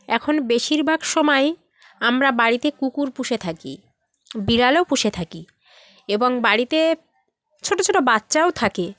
এখন বেশিরভাগ সময়ই আমরা বাড়িতে কুকুর পুষে থাকি বিড়ালও পুষে থাকি এবং বাড়িতে ছোটো ছোটো বাচ্চাও থাকে